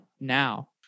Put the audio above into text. now